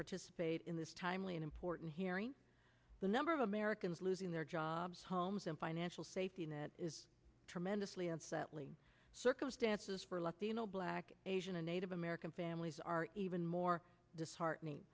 participate in this timely and important hearing the number of americans losing their jobs homes and financial safety net is tremendously and settling circumstances for latino black asian and native american families are even more disheartening